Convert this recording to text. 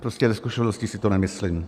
Prostě ze zkušenosti si to nemyslím.